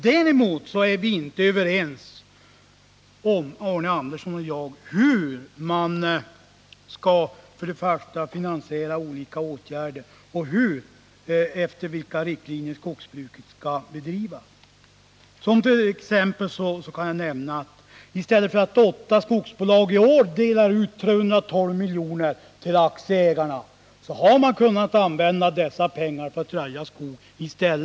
Arne Andersson och jag är emellertid inte överens om hur man skall finansiera olika åtgärder och efter vilka riktlinjer skogsbruket skall bedrivas. Som exempel kan jag nämna att vi inom vpk anser att i stället för att åtta skogsbolag i år delar ut 312 miljoner till aktieägarna hade de kunnat använda dessa pengar till arbete med att röja skog.